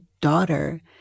daughter